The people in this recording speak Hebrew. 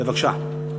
בבקשה,